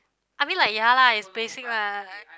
I mean like ya lah is basic lah uh